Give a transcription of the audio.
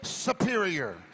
superior